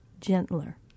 gentler